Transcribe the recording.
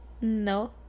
No